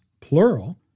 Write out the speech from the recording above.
plural